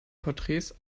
porträts